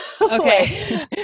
Okay